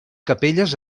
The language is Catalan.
capelles